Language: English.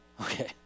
okay